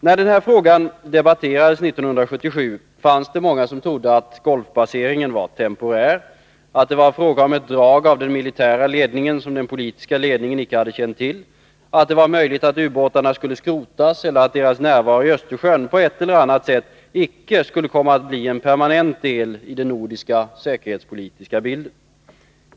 När den här frågan debatterades 1977 fanns det många som trodde att Golfbaseringen var temporär, att det var fråga om ett drag av den militära ledningen som den politiska ledningen icke hade känt till, att det var möjligt att ubåtarna skulle skrotas eller att deras närvaro i Östersjön på ett eller annat sätt icke skulle komma att bli en permanent del i den nordiska säkerhetspolitiska bilden.